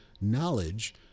knowledge